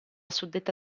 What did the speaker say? suddetta